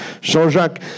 Jean-Jacques